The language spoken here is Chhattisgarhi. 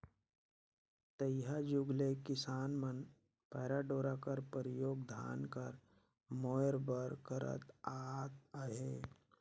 तइहा जुग ले किसान मन पैरा डोरा कर परियोग धान कर मोएर बर करत आत अहे